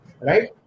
right